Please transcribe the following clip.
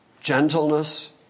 gentleness